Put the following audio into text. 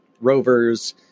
Rovers